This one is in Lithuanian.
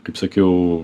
kaip sakiau